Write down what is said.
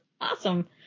awesome